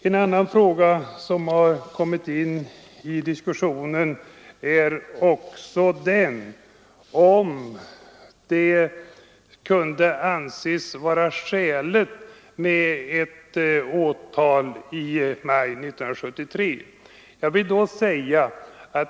En annan fråga som har kommit in i diskussionen är om det kunde anses vara skäligt med ett åtal i maj 1973.